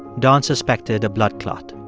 don suspected a blood clot.